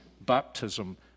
baptism